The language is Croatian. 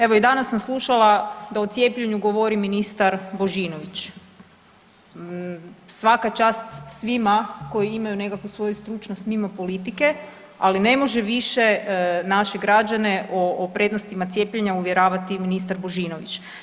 Evo i danas sam slušala da o cijepljenju govori ministar Božinović, svaka čast svima koji imaju nekakvu svoju stručnost mimo politike, ali ne može više naše građane o prednostima cijepljenja uvjeravati ministar Božinović.